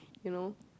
you know